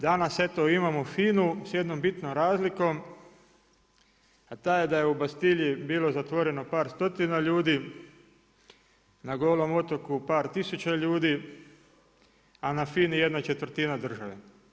Danas eto imamo FINA-u s jednom bitnom razlikom, a ta je da je u Bastilji bilo zatvoreno par stotina ljudi, na golim otoku par tisuća ljudi, a na FINI jedna četvrtina države.